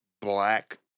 black